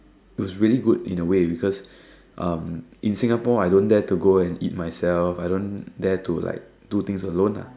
it was really good in a way because um in Singapore I don't dare to go and eat myself I don't dare to like do things alone lah